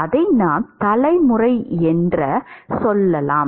அதை நாம் தலைமுறை என்ற சொல்லலாம்